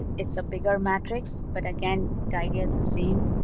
it's a bigger matrix, but again, diagonal is the same.